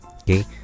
okay